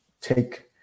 take